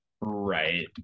Right